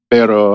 Pero